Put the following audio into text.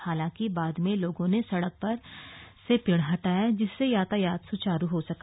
हालांकि बाद में लोगों ने सड़क से पेड़ हटाए जिससे यातायात सुचारू हो सका